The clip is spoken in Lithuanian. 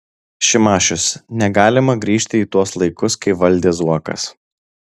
šimašius negalima grįžti į tuos laikus kai valdė zuokas